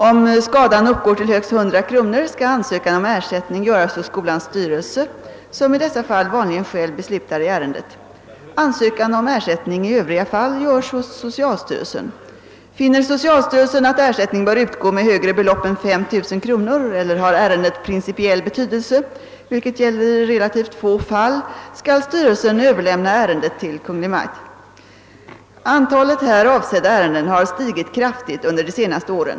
Om skadan uppgår till högst 100 kronor skall ansökan om ersättning göras hos skolans styrelse, som i dessa fall vanligen själv beslutar i ärendet. Ansökan om ersättning i övriga fall görs hos socialstyrelsen. Finner socialstyrelsen att ersättning bör utgå med högre belopp än 5 000 kronor eller har ärendet principiell betydelse — vilket gäller i relativt få fall — skall styrelsen överlämna ärendet till Kungl. Maj:t. Antalet här avsedda ärenden har stigit kraftigt under de senaste åren.